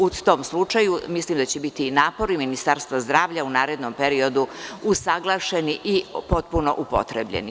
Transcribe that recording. U tom slučaju mislim da će biti i napori Ministarstva zdravlja u narednom periodu usaglašeni i potpuno upotrebljeni.